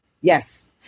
Yes